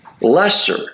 lesser